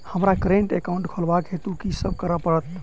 हमरा current account खोलेवाक हेतु की सब करऽ पड़त?